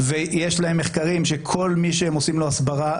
זה שהם גרועים ויש להם מחקרים שכל מי שהם עושים לו הסברה,